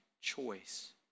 choice